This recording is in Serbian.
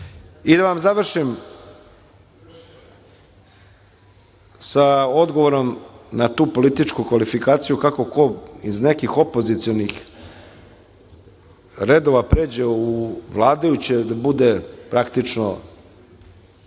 vam završim sa odgovorom na tu političku kvalifikaciju kako ko iz nekih opozicionih redova pređe u vladajuće, da bude praktično